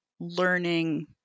learning